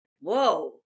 Whoa